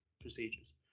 procedures